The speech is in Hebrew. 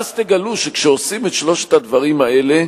ואז תגלו שכשעושים את שלושת הדברים האלה,